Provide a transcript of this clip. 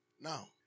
Now